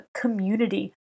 community